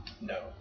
No